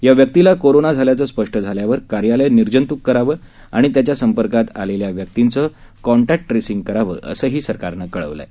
या व्यक्तीला कोरोना झाल्याचे स्पष्ट झाल्यावर कार्यालय निर्जंतुक करावं आणि त्याच्या संपर्कात आलेल्या व्यक्तींचं कॉन्टॅक्ट ट्रेसिंग करावं असंही सरकारनं कळवलं आहे